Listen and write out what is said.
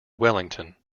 wellington